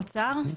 אוצר?